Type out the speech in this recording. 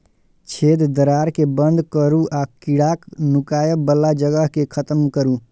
छेद, दरार कें बंद करू आ कीड़ाक नुकाय बला जगह कें खत्म करू